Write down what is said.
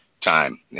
time